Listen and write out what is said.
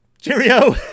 cheerio